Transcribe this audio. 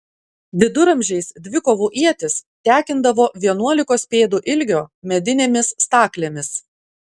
viduramžiais dvikovų ietis tekindavo vienuolikos pėdų ilgio medinėmis staklėmis